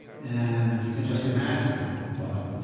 and you can just imagine what